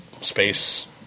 space